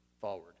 forward